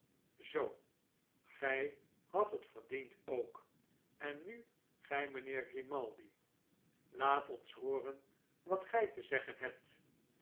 zoo gij hadt het verdiend ook en nu gij mijnheer grimaldi laat ons hooren wat g ij te zeggen hebt